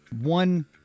one